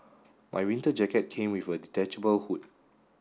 my winter jacket came with a detachable hood